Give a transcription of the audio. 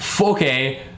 okay